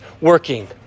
working